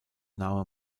name